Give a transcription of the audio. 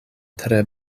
tre